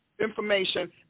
information